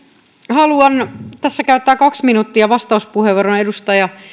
haluan tässä käyttää kahden minuutin vastauspuheenvuoron edustaja